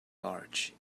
large